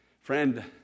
Friend